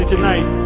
Tonight